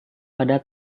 pada